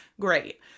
great